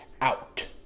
out